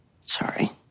Sorry